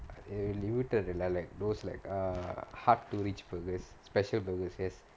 ah limited எல்லா:ellaa like those like err hard to eat burgers special burgers yes